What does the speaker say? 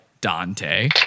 Dante